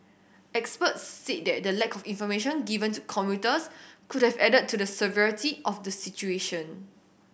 experts said that the lack of information given to commuters could have added to the severity of the situation